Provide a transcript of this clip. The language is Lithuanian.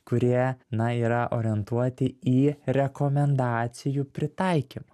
kurie na yra orientuoti į rekomendacijų pritaikymą